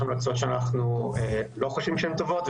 יש המלצות שאנחנו לא חושבים שהן טובות,